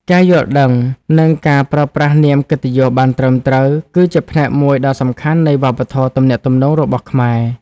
ការយល់ដឹង និងការប្រើប្រាស់នាមកិត្តិយសបានត្រឹមត្រូវ គឺជាផ្នែកមួយដ៏សំខាន់នៃវប្បធម៌ទំនាក់ទំនងរបស់ខ្មែរ។